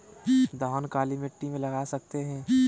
धान काली मिट्टी में लगा सकते हैं?